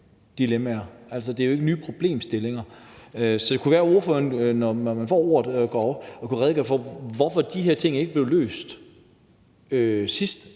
dilemmaer. Det er jo ikke nye problemstillinger. Så det kunne være, at ordføreren, når man får ordet, går op og redegør for, hvorfor de her ting ikke blev løst sidst.